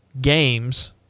games